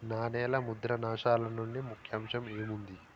నాణేల ముద్రనాశాల నుండి ముఖ్యాంశం ఏముంది